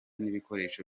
n’ibikoresho